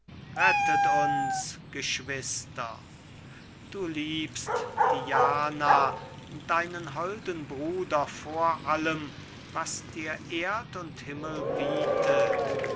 rettet uns geschwister du liebst diane deinen holden bruder vor allem was dir erd und himmel bietet